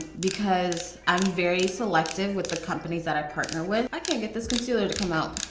because i'm very selective with the companies that i partner with. i can't get this concealer to come out.